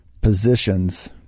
positions